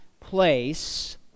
place